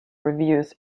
reviews